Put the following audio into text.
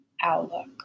outlook